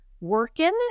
working